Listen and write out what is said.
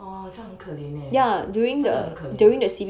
!aww! 这样很可怜 eh